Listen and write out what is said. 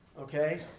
Okay